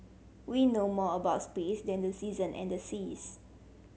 we know more about space than the season and the seas